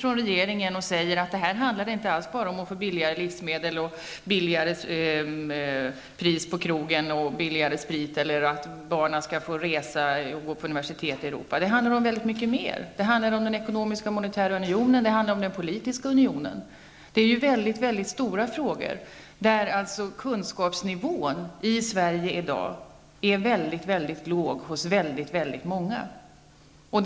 från regeringen inte ut och säger att det inte alls bara handlar om att få billigare livsmedel, lägre krogpriser och billigare sprit eller att barnen skall få möjlighet att studera vid universitet i Europa? Det handlar ju om så mycket mer, nämligen om den ekonomiska monetära unionen och om den politiska unionen. Det är väldigt stora frågor, och kunskapsnivån i Sverige i dag är mycket låg hos många människor.